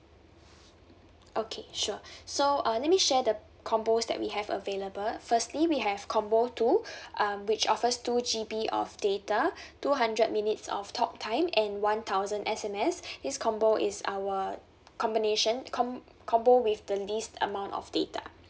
okay sure so uh let me share the combos that we have available firstly we have combo two um which offers two G_B of data two hundred minutes of talk time and one thousand S_M_S this combo is our combination com~ combo with the least amount of data